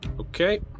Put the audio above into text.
Okay